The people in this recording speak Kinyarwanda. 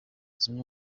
zimwe